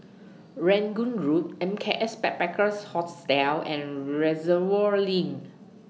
Rangoon Road M K S Backpackers Hostel and Reservoir LINK